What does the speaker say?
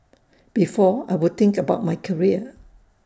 before I would think about my career